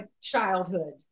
childhood